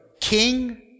King